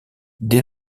dès